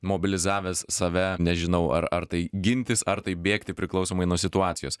mobilizavęs save nežinau ar ar tai gintis ar tai bėgti priklausomai nuo situacijos